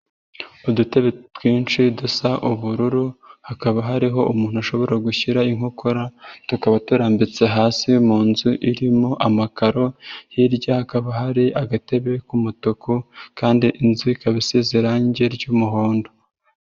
Udutebe twinshi dusa ubururu, hakaba hariho umuntu ashobora gushyira inkokora, tukaba turambitse hasi mu nzu irimo amakaro, hirya hakaba hari agatebe k'umutuku kandi inzu ikaba isize irangi ry'umuhondo.